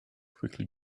quickly